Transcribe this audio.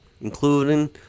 including